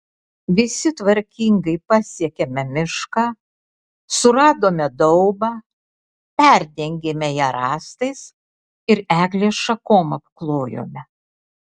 visi tvarkingai pasiekėme mišką suradome daubą perdengėme ją rąstais ir eglės šakom apklojome